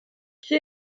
qui